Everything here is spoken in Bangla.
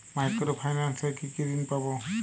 মাইক্রো ফাইন্যান্স এ কি কি ঋণ পাবো?